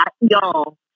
y'all